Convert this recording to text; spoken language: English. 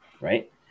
right